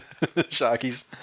Sharkies